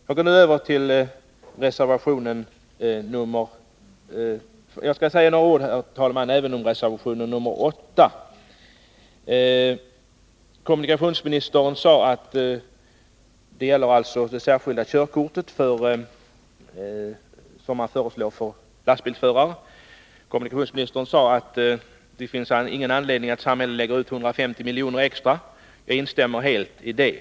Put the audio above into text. Jag skall, herr talman, säga några ord även om reservation nr 8, som gäller det särskilda körkort som föreslås för lastbilsförare. Kommunikationsministern sade att det inte finns någon anledning för samhället att lägga ut 150 milj.kr. extra. Jag instämmer helt i det.